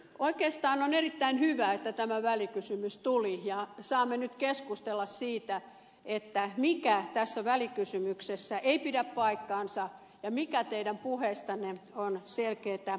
oikeastaan on erittäin hyvä että tämä välikysymys tuli ja saamme nyt keskustella siitä mikä tässä välikysymyksessä ei pidä paikkaansa ja mikä teidän puheistanne on selkeätä liioittelua